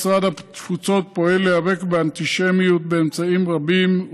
משרד התפוצות פועל להיאבק באנטישמיות באמצעים רבים,